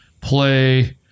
play